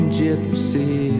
gypsy